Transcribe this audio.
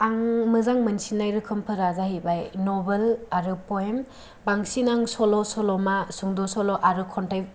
आं मोजां मोनसिननाय रोखोमफोरा जाहैबाय नभेल आरो पयेम बांसिन आङो सल' सल'मा सुंद'सल' आरो खन्थाइ